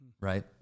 right